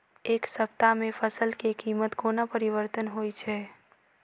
एक सप्ताह मे फसल केँ कीमत कोना परिवर्तन होइ छै?